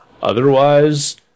Otherwise